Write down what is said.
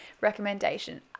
recommendation